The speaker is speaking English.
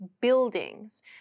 buildings